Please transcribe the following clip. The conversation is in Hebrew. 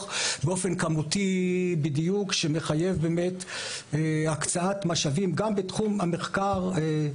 באופן כמותי מדויק שמחייב הקצאת משאבים גם בתחום המחקר.